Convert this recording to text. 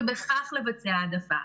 ובכך לבצע העדפה.